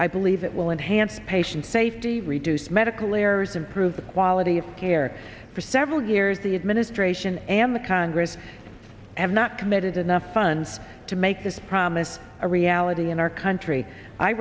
i believe it will enhance patient safety reduce medical errors improve the quality of care for several years the administration and the congress have not committed enough funds to make this promise a reality in our country i